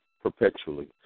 perpetually